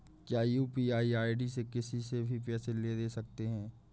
क्या UPI ID से किसी से भी पैसे ले दे सकते हैं?